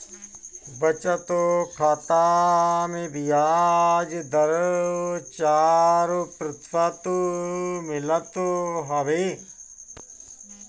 बचत खाता में बियाज दर चार प्रतिशत मिलत हवे